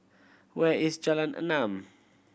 where is Jalan Enam